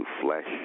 flesh